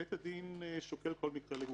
ובית הדין שוקל כל מקרה לגופו.